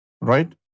Right